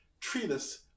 treatise